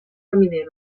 família